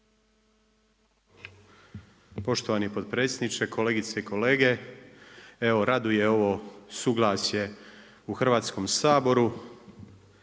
Poštovani potpredsjedniče, kolegice i kolege. Evo, raduje ovo suglasje u Hrvatskom saboru,